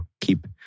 keep